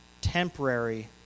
temporary